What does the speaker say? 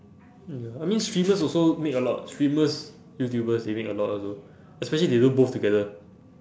mm ya I mean streamers also make a lot streamers youtubers they make a lot also especially if they do both together